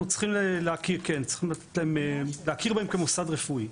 אנחנו צריכים להכיר בהם כמוסד רפואי.